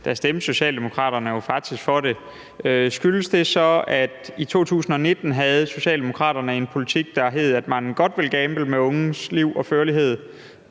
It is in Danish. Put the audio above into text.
stemte Socialdemokraterne faktisk for det. Skyldes det så, at Socialdemokraterne i 2019 havde en politik, der hed, at man godt ville gamble med unges liv og førlighed,